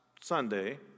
Sunday